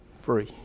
free